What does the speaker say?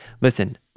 Listen